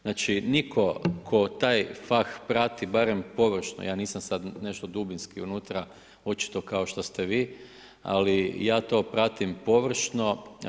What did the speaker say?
Znači nitko tko taj fah prati barem površno, ja nisam sada nešto dubinsko unutra, očito kao što ste vi, ali ja to pratim, površno.